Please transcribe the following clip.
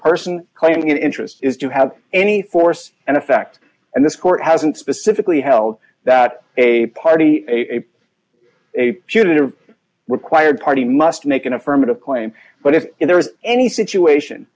person claiming an interest is to have any force and effect and this court hasn't specifically held that a party a a putative required party must make an affirmative claim but if there is any situation